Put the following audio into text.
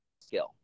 skill